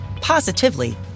positively